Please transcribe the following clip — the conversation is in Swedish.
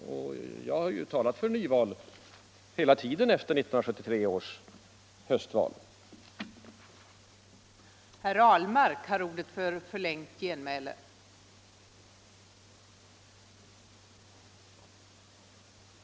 Och jag har ju talat för nyval hela tiden efter 1973 års höstval.